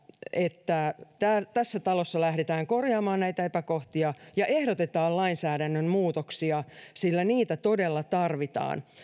että tässä talossa lähdetään korjaamaan näitä epäkohtia ja ehdotetaan lainsäädännön muutoksia sillä niitä todella tarvitaan